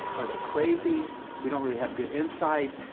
are they crazy we don't really have good insight.